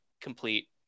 complete